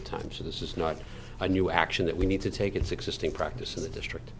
of time so this is not a new action that we need to take it's existing practice in the district